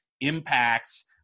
impacts